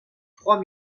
trois